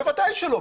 בוודאי שלא.